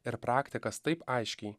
ir praktikas taip aiškiai